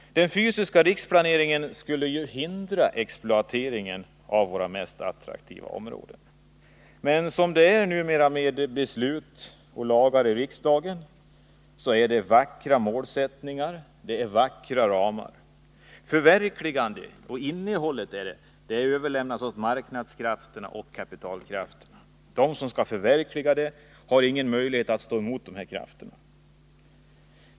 Den fysiska riksplaneringen skulle hindra exploateringen av våra mest attraktiva områden. Men som det numera förhåller sig med beslut och lagar i riksdagen, så innebär de endast vackra målsättningar och vackra ramar. Förverkligande av besluten och tolkning av innehållet överlämnas åt marknadskrafterna och kapitalkrafterna. De som skall förverkliga detta har ingen möjlighet att stå emot dessa krafter.